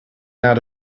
not